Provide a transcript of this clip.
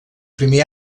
primer